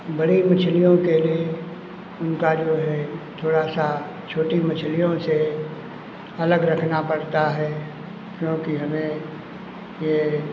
बड़ी मछलियों के लिए उनका जो है थोड़ा सा छोटी मछलियों से अलग रखना पड़ता है क्योंकि हमें ये